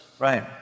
Right